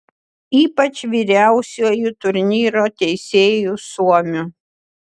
ypač vyriausiuoju turnyro teisėju suomiu